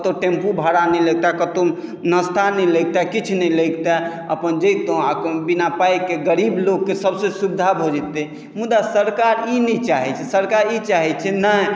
कतहु टेम्पू भाड़ा नहि लगिते कतहु नाश्ता नहि लगिते किछु नहि लगिते अपन जैतहुँ बिना पाइके गरीब लोककेँ सभसँ सुविधा भऽ जैतै मुदा सरकार ई नहि चाहैत छै सरकार ई चाहैत छै नहि